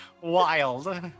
wild